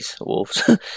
Wolves